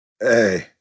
Hey